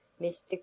Mr